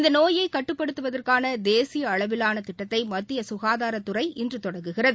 இந்தநோயைகட்டுப்படுத்துவதற்கானதேசியஅளவிலானதிட்டத்தைமத்தியசுகாதாரத்துறை இன்றுதொடங்குகிறது